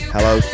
Hello